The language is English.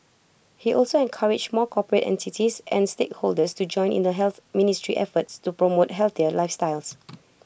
he also encouraged more corporate entities and stakeholders to join in the health ministry's efforts to promote healthier lifestyles